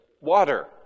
water